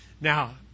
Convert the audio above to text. Now